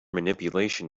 manipulation